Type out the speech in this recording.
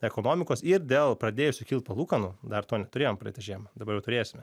ekonomikos ir dėl pradėjusių kilt palūkanų dar to neturėjom praeitą žiemą dabar jau turėsime